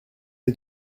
est